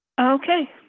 Okay